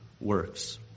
works